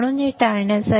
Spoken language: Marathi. म्हणून हे टाळण्यासाठी